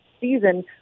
season